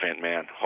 man